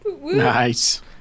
Nice